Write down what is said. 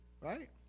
right